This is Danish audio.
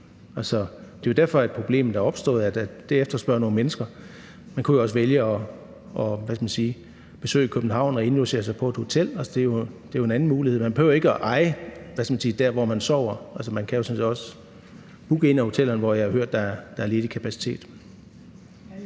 Det er jo derfor, at problemet er opstået; det efterspørger nogle mennesker. Man kunne jo også vælge at besøge København og indlogere sig på et hotel. Det er jo en anden mulighed. Man behøver ikke at eje det sted, man sover. Man kan jo sådan set booke et værelse på et af hotellerne, hvor jeg har hørt, der er ledig kapacitet.